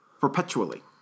Perpetually